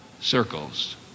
circles